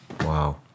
Wow